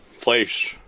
place